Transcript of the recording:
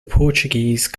portuguese